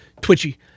twitchy